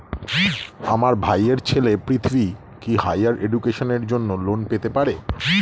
আমার ভাইয়ের ছেলে পৃথ্বী, কি হাইয়ার এডুকেশনের জন্য লোন পেতে পারে?